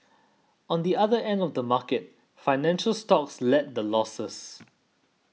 on the other end of the market financial stocks led the losses